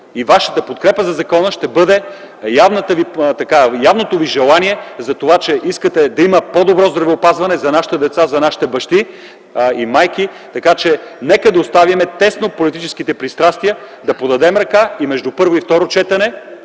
и вашата подкрепа за закона ще бъде явното ви желание, че искате да има по-добро здравеопазване за нашите деца, за нашите бащи и майки. Нека да оставим теснополитическите пристрастия, да си подадем ръка и между първо и второ четене